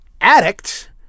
addict